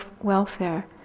welfare